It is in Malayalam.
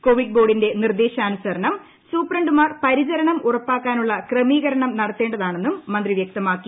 കോവിഡ് ബോർഡിന്റെ നിർദേശാനുസരണം സൂപ്രണ്ടുമാർ പരിചരണം ഉറപ്പാക്കാനുള്ള ക്രമീകരണം നടത്തേണ്ടതാണെന്നും മന്ത്രി വൃക്തമാക്കി